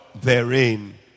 therein